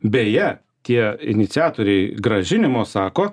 beje tie iniciatoriai grąžinimo sako